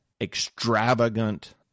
extravagant